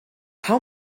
how